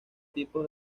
tipos